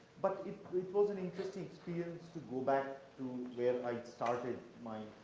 but it was an interesting experience to go back to where i started my